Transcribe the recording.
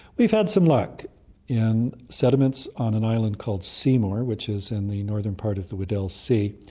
we've had some luck in sediments on an island called seymour which is in the northern part of the weddell sea.